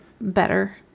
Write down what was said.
better